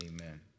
amen